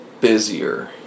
busier